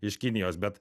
iš kinijos bet